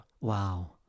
wow